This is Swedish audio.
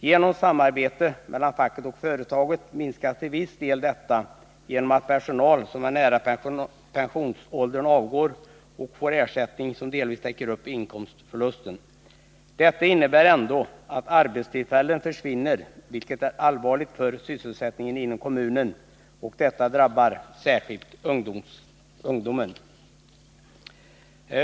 Genom samarbete mellan facket och företaget minskas till viss del denna olägenhet genom att personer som är nära pensionsåldern avgår och får en ersättning, som täcker deras inkomstförlust. Det innebär ändå att arbetstillfällena försvinner, vilket är allvarligt för sysselsättningen inom kommunen, och detta drabbar särskilt ungdomen.